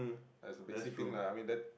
as a basic thing lah I mean that